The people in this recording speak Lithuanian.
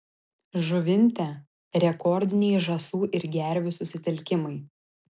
žuvinte rekordiniai žąsų ir gervių susitelkimai